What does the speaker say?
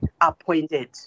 appointed